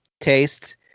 taste